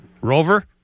Rover